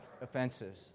offenses